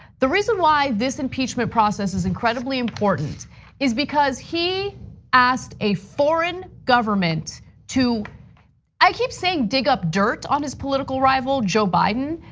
the reason why this impeachment process is incredibly important is because he asked a foreign government to i keep saying dig up dirt on his political rival, joe biden.